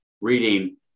reading